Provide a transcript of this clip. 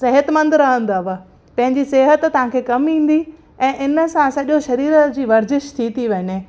सिहतमंद रहंदव पंहिंजी सिहतु तव्हां कम ईंदी ऐं इन सां सॾो शरीर जी वर्जिश थी थी वञे